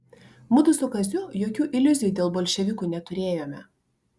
mudu su kaziu jokių iliuzijų dėl bolševikų neturėjome